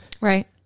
right